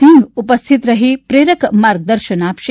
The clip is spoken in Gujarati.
સિંઘ ઉપસ્થિત રહી પ્રેરક માર્ગદર્શન આપશે